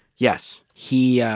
yes. he ah,